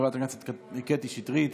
חבר הכנסת קטי שטרית,